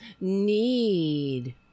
need